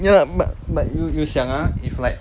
ya but but you you 想 ah if like